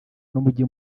n’umujyi